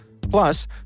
Plus